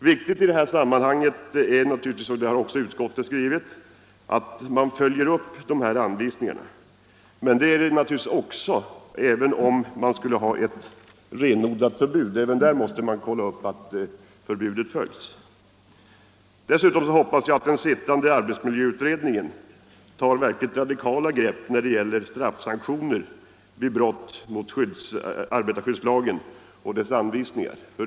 Viktigt i sammanhanget är, som utskottet också har skrivit, att man följer upp anvisningarna. Men även om det skulle bli renodlat förbud måste man naturligtvis kolla upp att förbudet efterlevs. Jag hoppas att den sittande arbetsmiljöutredningen tar radikala grepp när det gäller straffsanktioner vid brott mot arbetarskyddslagen och dess anvisningar.